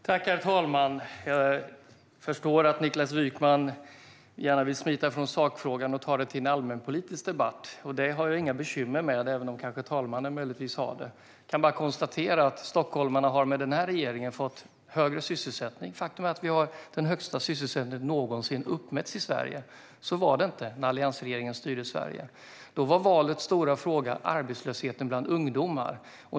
Herr talman! Jag förstår att Niklas Wykman gärna vill smita från sakfrågan och göra detta till en allmänpolitisk debatt. Det har jag inga bekymmer med, även om herr talmannen kanske har det. Jag kan konstatera att stockholmarna med denna regering har fått högre sysselsättning. Faktum är att vi har den högsta sysselsättning som någonsin har uppmätts i Sverige. Så var det inte när alliansregeringen styrde Sverige. Då var valets stora fråga arbetslösheten bland ungdomar.